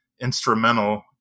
instrumental